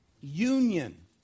union